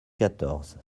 quatorze